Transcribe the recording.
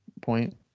point